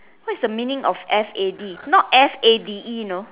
what's the meaning of f a d not f a d e know